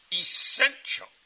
essential